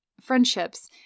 friendships